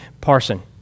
parson